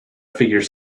figure